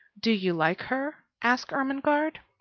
do you like her? asked ermengarde.